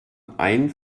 ein